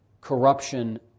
corruption